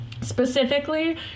specifically